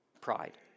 pride